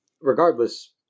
Regardless